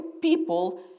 people